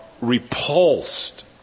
repulsed